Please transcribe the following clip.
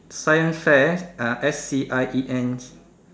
science fair ah S C I E N